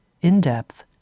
in-depth